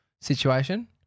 situation